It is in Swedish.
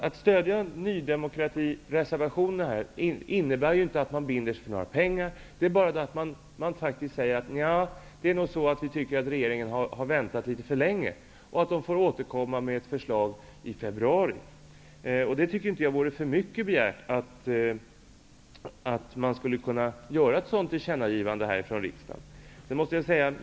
Ett bifall till reservationen från Ny demokrati innebär inte att man binder sig för några pengar, utan det betyder bara att riksdagen uttalar att man tycker att regeringen har väntat litet för länge och bör återkomma med förslag i februari. Jag tycker inte att det vore för mycket begärt att riksdagen gjorde ett tillkännagivande till regeringen.